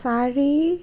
চাৰি